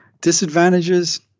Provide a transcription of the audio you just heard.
Disadvantages